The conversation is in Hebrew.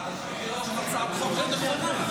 בגין עבירה של סחיטה באיומים), התשפ"ג 2023,